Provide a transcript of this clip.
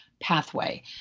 pathway